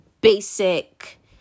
basic